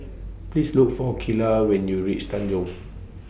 Please Look For Kylah when YOU REACH Tanjong